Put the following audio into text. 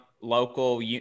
local